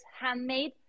handmade